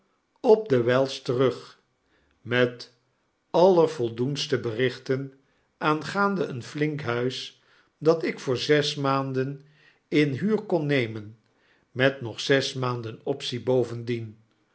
op de wel terug met allervoldoendste berichten aangaande een flink huis dat ik voor zes maanden in huur kon nemen met nog zes maanden optie bovendien